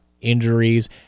injuries